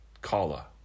Kala